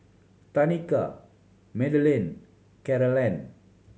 Tanika Madelene Carolann